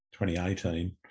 2018